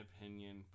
opinion